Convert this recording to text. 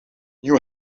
new